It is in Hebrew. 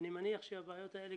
אני מניח שהבעיות האלה,